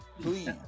please